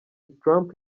trump